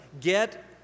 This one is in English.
get